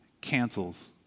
cancels